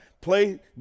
play